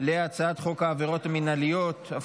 על הצעת חוק העבירות המינהליות (תיקון,